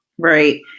Right